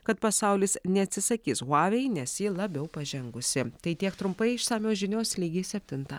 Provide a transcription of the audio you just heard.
kad pasaulis neatsisakys huavei nes ji labiau pažengusi tai tiek trumpai išsamios žinios lygiai septintą